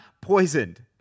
poisoned